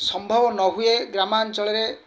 ସମ୍ଭବ ନହୁଏ ଗ୍ରାମାଞ୍ଚଳରେ